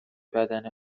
بدن